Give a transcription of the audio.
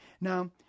Now